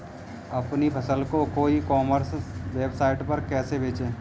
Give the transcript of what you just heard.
अपनी फसल को ई कॉमर्स वेबसाइट पर कैसे बेचें?